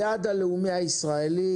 היעד הלאומי הישראלי,